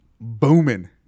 booming